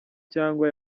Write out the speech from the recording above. cyangwa